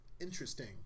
interesting